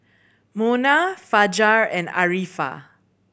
Munah Fajar and Arifa